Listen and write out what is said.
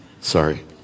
Sorry